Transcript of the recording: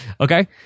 okay